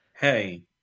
Hey